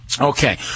Okay